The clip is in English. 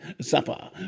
supper